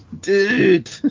Dude